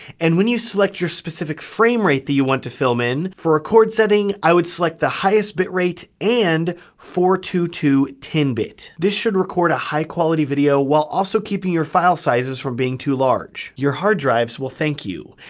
and when you select your specific frame rate that you want to film in, for record setting, i would select the highest bitrate and four two two ten bit. this should record a high-quality video while also keeping your file sizes from being too large. your hard drives will thank you.